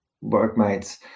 workmates